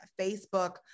Facebook